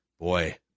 Boy